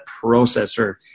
processor